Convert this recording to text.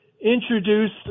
introduced